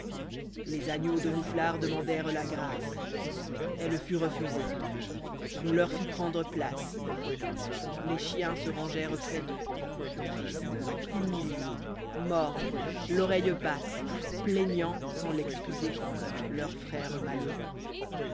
les agneaux de mouflar demandèrent la grâce elle fut refusée on leur fit prendre place les chiens e rangèrent près d'eux tristes humiliés mornes l'oreille basse plaignant sans l'excuser leur frère malheureux